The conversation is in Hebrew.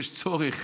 יש צורך